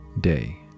day